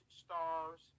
stars